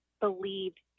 believed